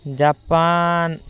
Japan